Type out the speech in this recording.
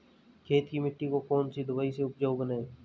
खेत की मिटी को कौन सी दवाई से उपजाऊ बनायें?